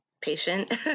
patient